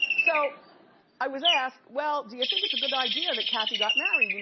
so i was asked well, do you think it's a good idea that kathy got married, and